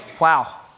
wow